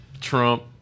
Trump